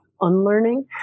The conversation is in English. unlearning